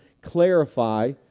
clarify